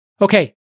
Okay